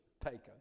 taken